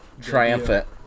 triumphant